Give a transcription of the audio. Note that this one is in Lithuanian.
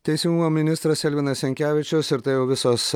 teisingumo ministras elvinas jankevičius ir tai jau visos